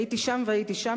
הייתי שם והייתי שם,